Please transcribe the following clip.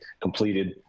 completed